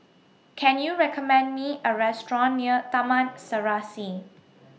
Can YOU recommend Me A Restaurant near Taman Serasi